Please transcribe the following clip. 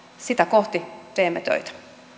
sitä kohti teemme töitä